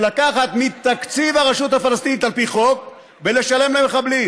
של לקחת מתקציב הרשות הפלסטינית על פי חוק ולשלם למחבלים,